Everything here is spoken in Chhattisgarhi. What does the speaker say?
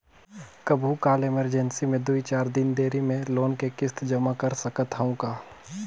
कभू काल इमरजेंसी मे दुई चार दिन देरी मे लोन के किस्त जमा कर सकत हवं का?